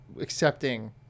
accepting